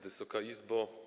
Wysoka Izbo!